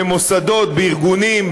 במוסדות בארגונים,